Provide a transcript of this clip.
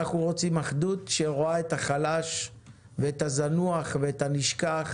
אנחנו רוצים אחדות שרואה את החלש ואת הזנוח ואת הנשכח,